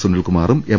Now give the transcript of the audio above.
സുനിൽകുമാറും M